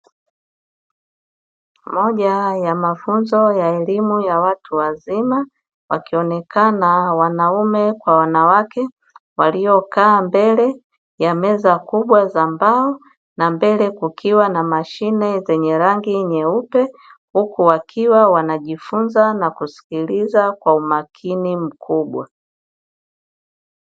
Moja ya mafunzo ya elimu watu wazima, wakionekana wanaume kwa wanawake waliokaa mbele ya meza kubwa za mbao, na mbele kukiwa na mashine zenye rangi nyeupe. Huku wakiwa wanajifunza na kusikiliza kwa umakini mkubwa.